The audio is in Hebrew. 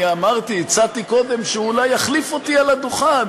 הצעתי קודם שהוא אולי יחליף אותי על הדוכן,